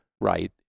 right